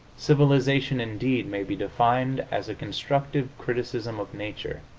civilization, indeed, may be defined as a constructive criticism of nature,